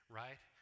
right